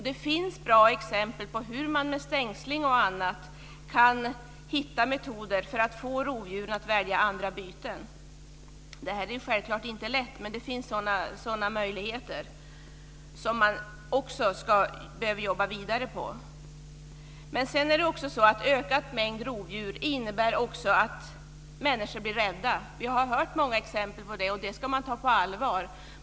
Det finns bra exempel på hur man med stängsling och annat kan hitta metoder för att få rovdjur att välja andra byten. Det här är självklart inte lätt, men det finns sådana möjligheter som man också behöver jobba vidare på. Ökad mängd rovdjur innebär också att människor blir rädda. Vi har hört många exempel på det, och det ska man ta på allvar.